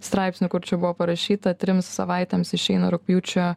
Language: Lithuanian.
straipsnį kur čia buvo parašyta trims savaitėms išeina rugpjūčio